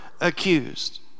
accused